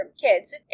kids